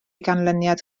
ganlyniad